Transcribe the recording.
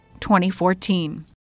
2014